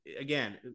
again